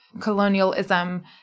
colonialism